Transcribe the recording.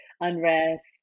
unrest